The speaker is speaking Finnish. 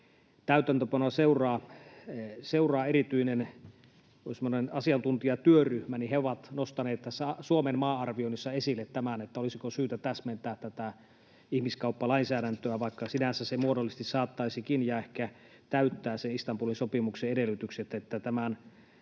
täytäntöönpanoa seuraa erityinen asiantuntijatyöryhmä, niin he ovat nostaneet Suomen maa-arvioinnissa esille tämän, olisiko syytä täsmentää tätä ihmiskauppalainsäädäntöä, vaikka sinänsä se muodollisesti saattaisikin jo ehkä täyttää Istanbulin sopimuksen edellytykset,